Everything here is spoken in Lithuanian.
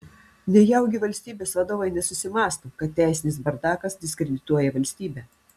nejaugi valstybės vadovai nesusimąsto kad teisinis bardakas diskredituoja valstybę